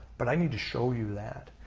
but i need to show you that.